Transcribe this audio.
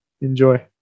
Enjoy